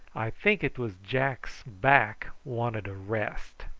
i think it was jack's back wanted a rest.